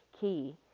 key